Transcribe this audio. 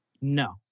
No